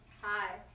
hi